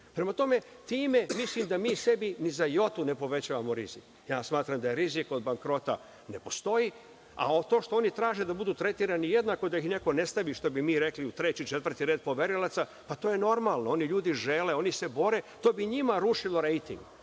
itd. Prema tome, time mislim da mi sebi ni za jotu ne povećavamo rizik. Smatram da rizik od bankrota ne postoji, a to što oni traže da budu tretirani jednako, da ih neko ne stavi, što bi mi rekli, u treći, četvrti red poverilaca, to je normalno. Oni ljudi žele, oni se bore. To bi njima rušilo rejting.